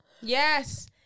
yes